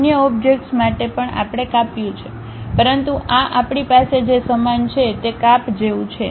અન્ય ઓબ્જેક્ટ માટે પણ આપણે કાપ્યું છે પરંતુ આ આપણી પાસે જે સમાન છે તે કાપ જેવું છે